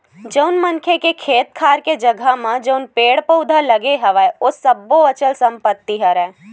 जउन मनखे के खेत खार के जघा म जउन पेड़ पउधा लगे हवय ओ सब्बो अचल संपत्ति हरय